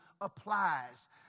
applies